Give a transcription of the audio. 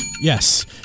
yes